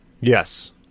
Yes